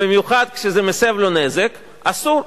במיוחד כשזה מסב לו נזק, אסור.